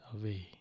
away